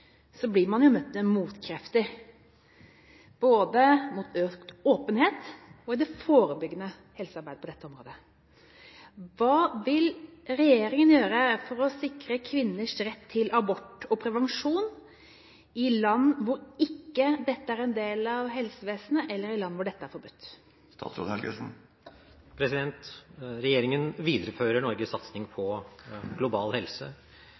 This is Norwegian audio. møtt motkrefter både mot økt åpenhet og i det forbyggende helsearbeidet på dette området. Hva vil utenriksministeren gjøre for å sikre kvinners rett til abort og prevensjon i land hvor dette ikke er en del av helsevesenet, eller er forbudt?» Regjeringen viderefører Norges satsning på global helse.